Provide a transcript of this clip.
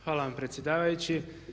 Hvala vam predsjedavajući.